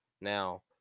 now